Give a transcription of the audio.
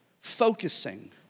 focusing